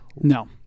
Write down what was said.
No